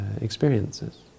experiences